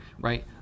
right